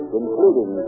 including